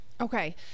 okay